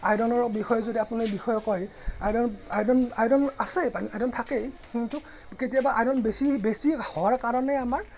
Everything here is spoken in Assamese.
আইৰণৰ বিষয় যদি আপুনি বিষয়ে কয় আইৰণ আইৰণ আইৰণ আছে পানীত আইৰণ থাকেই কিন্তু কেতিয়াবা আইৰণ বেছি বেছি হোৱাৰ কাৰণে আমাৰ